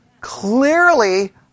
clearly